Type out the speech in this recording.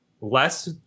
less